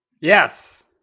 Yes